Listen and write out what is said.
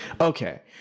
okay